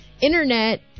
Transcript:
internet